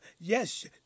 yes